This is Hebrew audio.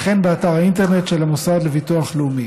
וכן באתר האינטרנט של המוסד לביטוח לאומי.